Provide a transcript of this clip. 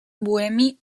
bohemi